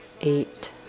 eight